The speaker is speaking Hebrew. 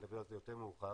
נדבר על זה יותר מאוחר.